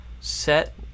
set